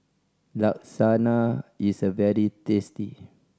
lasagna is a very tasty